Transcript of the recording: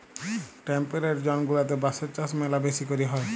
temperate zone গুলাতে বাঁশের চাষ ম্যালা বেশি ক্যরে হ্যয়